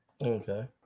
Okay